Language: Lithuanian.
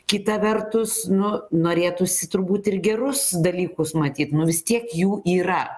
kita vertus nu norėtųsi turbūt ir gerus dalykus matyt nu vis tiek jų yra